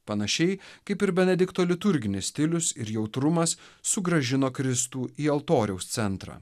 panašiai kaip ir benedikto liturginis stilius ir jautrumas sugrąžino kristų į altoriaus centrą